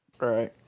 Right